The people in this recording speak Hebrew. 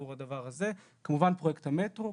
כמובן פרויקט המטרו,